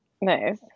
Nice